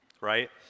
right